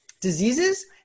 diseases